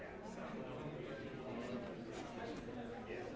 yeah yeah